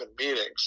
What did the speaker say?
meetings